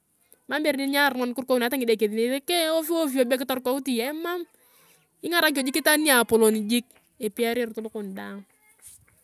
Mam ibore niarunon kirukouni hata ngidekesinei ovyo ovyo be kitorukout iyong emam ingarak iyong itaan niapolon jiik epiar erot lokon daang.